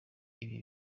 ibi